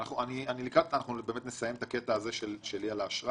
אנחנו נסיים את הקטע הזה שלי על האשראי.